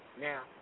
Now